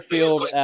Field